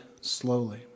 slowly